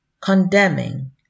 condemning